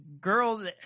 girl